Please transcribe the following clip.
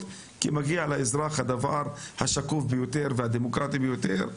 כי מגיע לאזרח את הדבר השקוף ביותר והדמוקרטי ביותר.